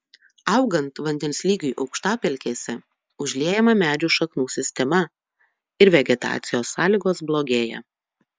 augant vandens lygiui aukštapelkėse užliejama medžių šaknų sistema ir vegetacijos sąlygos blogėja